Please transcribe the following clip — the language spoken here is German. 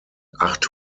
acht